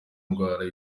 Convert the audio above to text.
ndwara